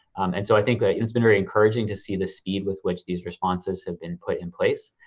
and so i think it's been very encouraging to see the speed with which these responses have been put in place.